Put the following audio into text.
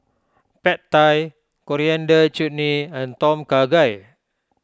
Pad Thai Coriander Chutney and Tom Kha Gai